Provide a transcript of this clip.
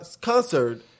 concert